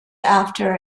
after